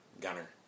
Gunner